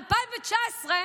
ב-2019,